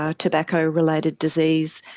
ah tobacco-related disease,